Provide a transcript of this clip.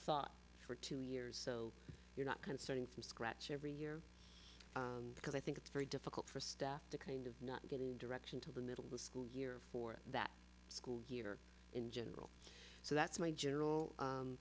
thought for two years so you're not concerning from scratch every year because i think it's very difficult for staff to kind of not getting direction to the middle of the school year for that school year in general so that's my general